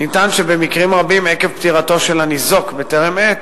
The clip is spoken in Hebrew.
הצעת החוק שבנדון מבקשת לתקן את הוראות חוק הביטוח הלאומי,